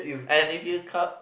and if you cov~